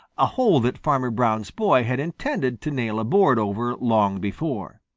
a hole that farmer brown's boy had intended to nail a board over long before.